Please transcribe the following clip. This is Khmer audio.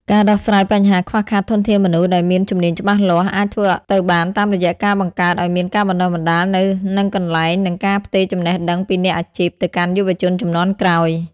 ការដោះស្រាយបញ្ហាខ្វះខាតធនធានមនុស្សដែលមានជំនាញច្បាស់លាស់ អាចធ្វើទៅបានតាមរយៈការបង្កើតឱ្យមានការបណ្ដុះបណ្ដាលនៅនឹងកន្លែង និងការផ្ទេរចំណេះដឹងពីអ្នកអាជីពទៅកាន់យុវជនជំនាន់ក្រោយ។